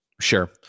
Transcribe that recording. Sure